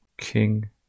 King